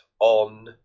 on